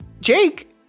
Jake